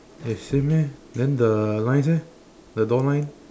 eh same eh then the lines eh the door line